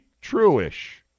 true-ish